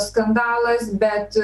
skandalas bet